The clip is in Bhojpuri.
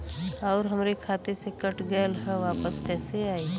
आऊर हमरे खाते से कट गैल ह वापस कैसे आई?